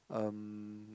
um